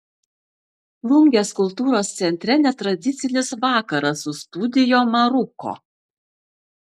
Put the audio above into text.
plungės kultūros centre netradicinis vakaras su studio maruko